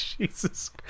Jesus